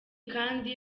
kandi